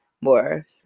more